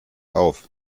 auf